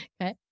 Okay